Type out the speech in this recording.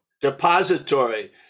depository